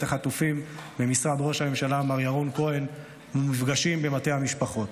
החטופים במשרד ראש הממשלה מר ירון כהן ומפגשים במטה המשפחות.